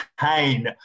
pain